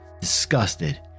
disgusted